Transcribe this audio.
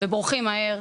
ובורחים מהר.